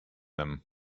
them